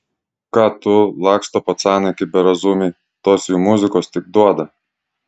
ką tu laksto pacanai kaip berazumiai tos jų muzikos tik duoda